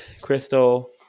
Crystal